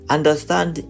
Understand